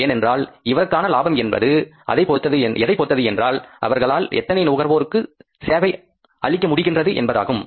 ஏனென்றால் இவருக்கான லாபம் என்பது எதை பொறுத்தது என்றால் அவரால் எத்தனை நுகர்வோருக்கு சேவை அளிக்க முடிகின்றது என்பதாகும்